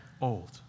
old